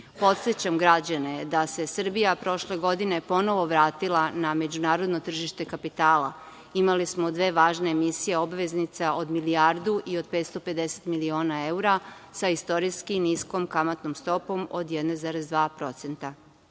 građane da se Srbija prošle godine ponovo vratila na međunarodno tržište kapitala. Imali smo dve važne misije obveznica od milijardu i od 550 miliona evra sa istorijskim niskom kamatno stopom od 1,2%.